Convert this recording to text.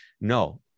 No